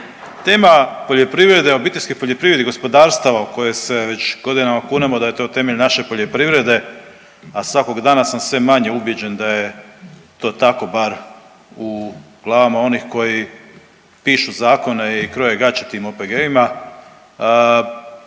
tema poljoprivrede, obiteljske poljoprivrede i gospodarstava u koje se već godinama kunemo da je to temelj naše poljoprivrede, a svakog dana sam sve manje ubijeđen da je to tako bar u glavama onih koji pišu zakone i kroje gaće tim OPG-ovima.